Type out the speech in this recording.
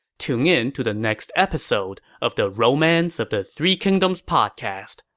tune in to the next episode of the romance of the three kingdoms podcast.